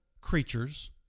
creatures